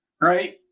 Right